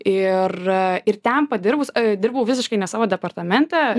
ir ir ten padirbus dirbau visiškai ne savo departamente